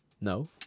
no